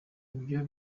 ibyo